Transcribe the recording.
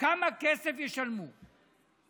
כמה כסף ישלמו לה.